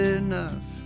enough